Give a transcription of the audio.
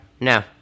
No